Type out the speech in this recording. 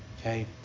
Okay